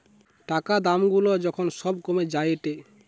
টাকা দাম গুলা যখন সব কমে যায়েটে